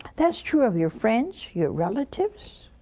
that's true of your friends, your relatives,